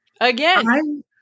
again